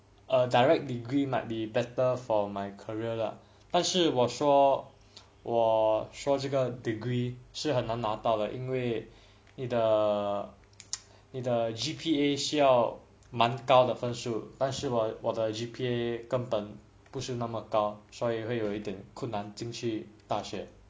a direct degree might be better for my career lah 但是我说我说这个 degree 是很能拿到了因为你的 G_P_A 需要蛮高的分数但是我的 G_P_A 根本不是那么高所以会有一点困难进去大学